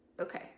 Okay